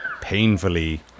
painfully